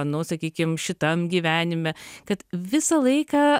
nu sakykim šitam gyvenime kad visą laiką